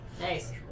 Nice